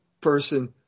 person